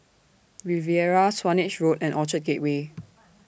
Riviera Swanage Road and Orchard Gateway